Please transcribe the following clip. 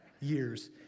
years